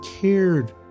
cared